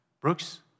Brooks